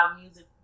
music